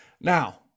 Now